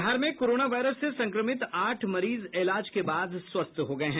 बिहार में corona virus से संक्रमित आठ मरीज इलाज के बाद स्वस्थ हो गये हैं